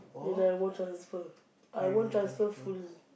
then I won't transfer I won't transfer full